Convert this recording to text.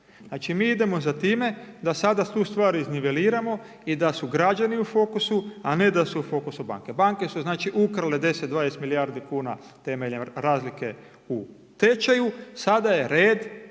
Znači mi idemo za time da sada tu star izniveliramo i da su građani u fokusu, a ne da su u fokusu banke. Banke su znači ukrale 10, 20 milijardi kuna temeljem razlike u tečaju, sada je red